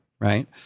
Right